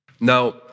Now